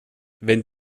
wenn